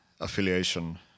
affiliation